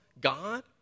God